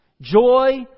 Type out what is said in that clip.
joy